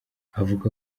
avuga